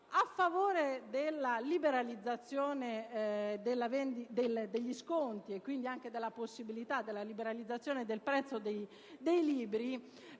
a favore della liberalizzazione degli sconti, e quindi anche della possibilità della liberalizzazione del prezzo dei libri,